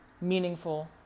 meaningful